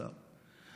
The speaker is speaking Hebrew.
השר,